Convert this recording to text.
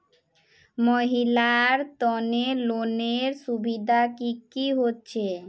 महिलार तने लोनेर सुविधा की की होचे?